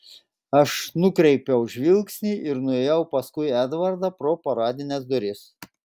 aš nukreipiau žvilgsnį ir nuėjau paskui edvardą pro paradines duris